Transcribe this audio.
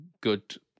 good